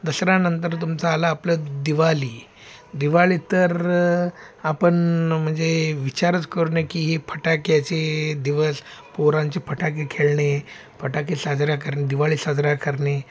दसऱ्यानंतर तुमचं आलं आपलं दिवाळी दिवाळी तर आपण म्हणजे विचारच करून हे की ही फटाक्याचे दिवस पोरांचे फटाके खेळणे फटाके साजरा करणे दिवाळी साजरा करणे